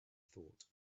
thought